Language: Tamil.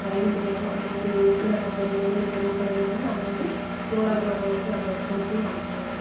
வாங்கிட்டு போவோம் அந்த மாரி இருக்கிற அந்த இப்போ இந்த மாரி பொருள்களை வந்து நாங்கள் வந்து திருவிழாவுக்கு வரவுங்களுக்கு நாங்கள் கொடுத்தும் அனுப்புவோம்